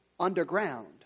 underground